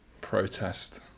protest